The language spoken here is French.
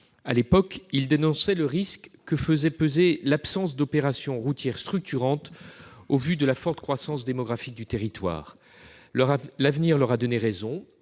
À l'époque, ils dénonçaient le risque lié à l'absence d'opération routière structurante au regard de la forte croissance démographique du territoire. La suite leur a donné raison